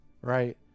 Right